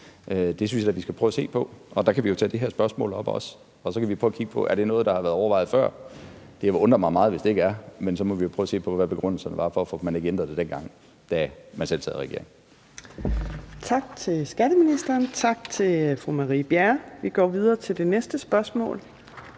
Det synes jeg da vi skal prøve at se på – og der kan vi jo tage det her spørgsmål op også. Og så kan vi prøve at kigge på, om det er noget, der har været overvejet før. Det vil undre mig meget, hvis det ikke er tilfældet, men så må vi jo prøve at se på, hvad begrundelserne var for, at man ikke ændrede det, dengang man selv sad i regering. Kl. 14:54 Fjerde næstformand (Trine Torp): Tak til skatteministeren. Tak til fru Marie Bjerre. Vi går videre til det næste spørgsmål,